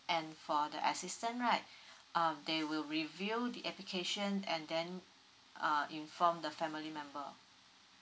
and for the assistant right um they will review the application and then ah inform the family member